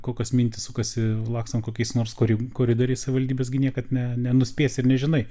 kokios mintys sukasi lakstant kokiais nors kori koridoriais savivaldybės gi niekad ne nenuspės ir nežinai